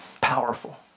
Powerful